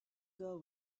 girl